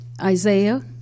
Isaiah